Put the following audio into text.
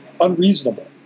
unreasonable